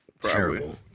Terrible